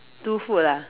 two food ah